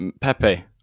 Pepe